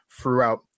throughout